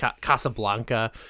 Casablanca